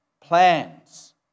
plans